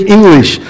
English